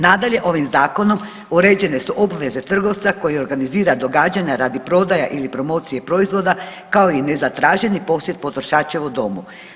Nadalje, ovim zakonom uređene su obveze trgovca koji organizira događanja radi prodaje ili promocije proizvoda, kao i nezatraženi posjet potrošača u domu.